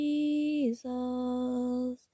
Jesus